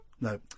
No